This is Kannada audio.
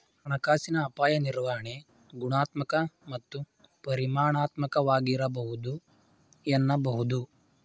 ಹಣಕಾಸಿನ ಅಪಾಯ ನಿರ್ವಹಣೆ ಗುಣಾತ್ಮಕ ಮತ್ತು ಪರಿಮಾಣಾತ್ಮಕವಾಗಿರಬಹುದು ಎನ್ನಬಹುದು